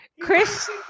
Chris